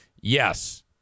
yes